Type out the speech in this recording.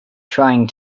trying